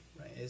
right